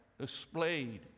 displayed